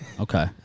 Okay